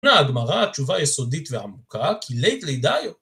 ‫עונה הגמרא תשובה יסודית ועמוקה, ‫כי לית ליה דיו